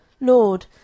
Lord